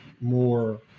more